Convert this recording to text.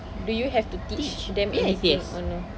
do you have to teach them anything or no